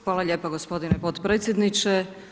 Hvala lijepo gospodine podpredsjedniče.